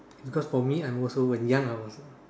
is because for me I'm also when young I was